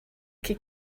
could